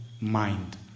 mind